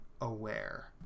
aware